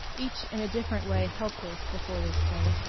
each in a different way helpless before this thing.